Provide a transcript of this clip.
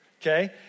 Okay